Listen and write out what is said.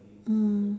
mm